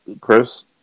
Chris